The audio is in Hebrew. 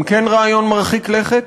גם כן רעיון מרחיק לכת.